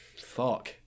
Fuck